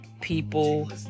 People